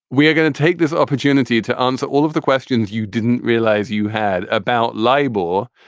we are going to take this opportunity to answer all of the questions you didn't realize you had about libel.